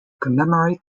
commemorate